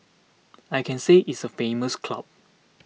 I can say it's a famous club